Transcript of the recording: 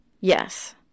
Yes